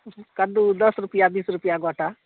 कद्दू दस रुपैआ बीस रुपैआ गोटा